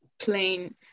plain